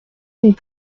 une